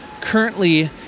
currently